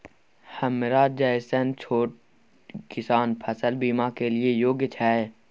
हमरा जैसन छोट किसान फसल बीमा के लिए योग्य छै?